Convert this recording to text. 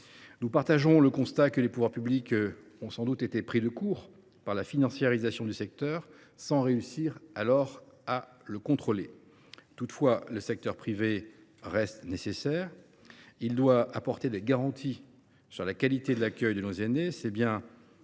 Nous partageons le constat selon lequel les pouvoirs publics, sans doute pris de court par la financiarisation du secteur, n’ont pas réussi à le contrôler. Toutefois, le secteur privé reste nécessaire. Il doit apporter des garanties quant à la qualité de l’accueil de nos aînés